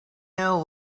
know